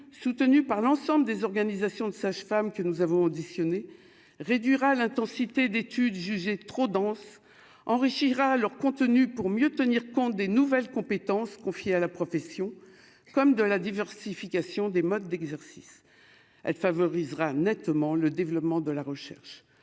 soutenue par l'ensemble des organisations de sages-femmes que nous avons auditionnés réduira l'intensité d'études jugées trop dense enrichira leur contenu pour mieux tenir compte des nouvelles compétences confiées à la profession comme de la diversification des modes d'exercice, elle favorisera nettement le développement de la recherche,